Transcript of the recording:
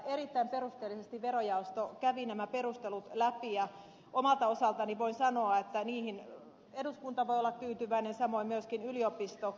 erittäin perusteellisesti verojaosto kävi nämä perustelut läpi ja omalta osaltani voin sanoa että niihin eduskunta voi olla tyytyväinen samoin myöskin yliopistomaailma